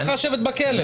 היא צריכה לשבת בכלא.